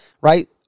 right